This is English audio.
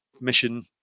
mission